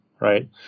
right